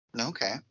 Okay